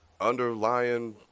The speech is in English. underlying